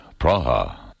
Praha